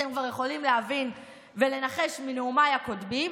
אתם כבר יכולים להבין ולנחש מנאומיי הקודמים.